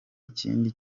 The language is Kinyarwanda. ikindi